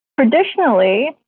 Traditionally